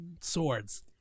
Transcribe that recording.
swords